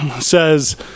says